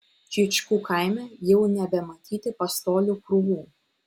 čyčkų kaime jau nebematyti pastolių krūvų